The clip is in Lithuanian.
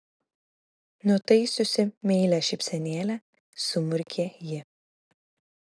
nutaisiusi meilią šypsenėlę sumurkė ji